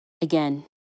Again